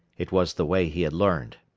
it was the way he had learned.